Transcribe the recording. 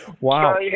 wow